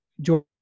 George